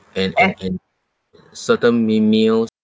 and and and certain me~ meals